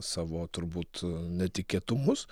savo turbūt netikėtumus